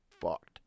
fucked